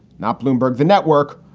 not bloomberg, the network.